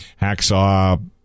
Hacksaw